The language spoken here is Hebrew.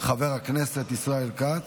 חבר הכנסת ישראל כץ.